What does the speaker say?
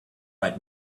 right